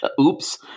Oops